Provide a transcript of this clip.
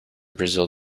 brazil